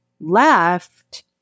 left